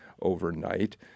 overnight